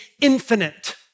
infinite